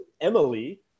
Emily